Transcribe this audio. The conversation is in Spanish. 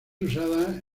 usada